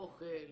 אוכל.